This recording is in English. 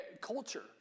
culture